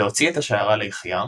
להוציא את השיירה ליחיעם,